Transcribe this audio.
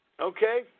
Okay